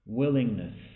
willingness